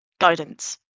guidance